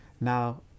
now